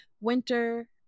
winter